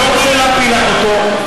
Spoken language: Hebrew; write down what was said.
אני לא רוצה להפיל לך אותו.